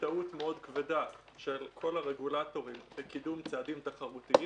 השתהות מאוד כבדה של כל הרגולטורים לקידום צעדים תחרותיים,